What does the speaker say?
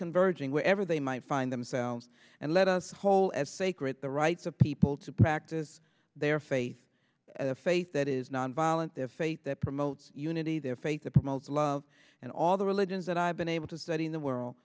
converging wherever they might find themselves and let us whole as sacred the rights of people to practice their faith a faith that is nonviolent their faith that promotes unity their faith that promotes love and all the religions that i've been able to study in the world